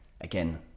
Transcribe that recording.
again